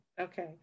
Okay